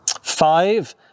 Five